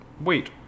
wait